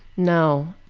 no.